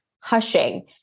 hushing